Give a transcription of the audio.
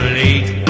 late